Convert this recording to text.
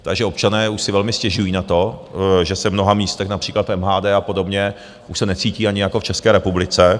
Takže občané už si velmi stěžují na to, že se v mnoha místech, například v MHD a podobně, už necítí ani jako v České republice.